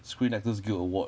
screen actors guild award